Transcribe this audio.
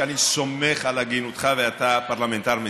שאני סומך על הגינותך ואתה פרלמנטר מצוין.